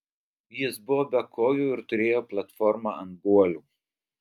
jis buvo be kojų ir turėjo platformą ant guolių